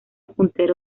puntero